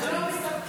אני לא הבנתי.